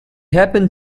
happened